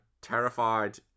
terrified